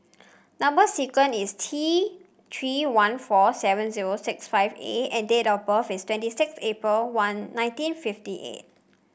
number sequence is T Three one four seven zero six five A and date of birth is twenty six April one nineteen fifty eight